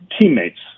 teammates